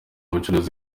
bucuruzi